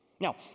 Now